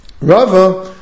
Rava